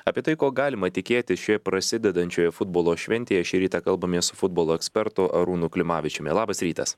apie tai ko galima tikėtis šioje prasidedančioje futbolo šventėje šį rytą kalbamės su futbolo ekspertu arūnu klimavičiumi labas rytas